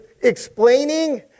explaining